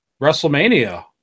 WrestleMania